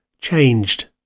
changed